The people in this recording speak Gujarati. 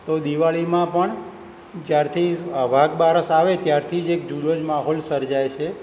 તો દિવાળીમાં પણ જ્યારથી આ વાઘબારસ આવે ત્યારથી જ એક જુદો જ માહોલ સર્જાય છે